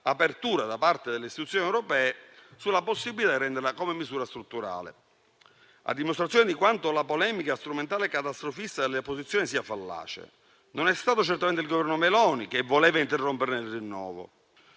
apertura da parte delle istituzioni europee sulla possibilità di renderla misura strutturale, a dimostrazione di quanto la polemica strumentale catastrofista delle opposizioni sia fallace. Non è stato certamente il Governo Meloni che voleva interromperne il rinnovo.